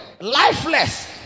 lifeless